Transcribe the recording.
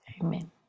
Amen